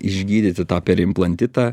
išgydyti tą perimplantitą